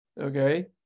okay